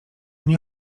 nie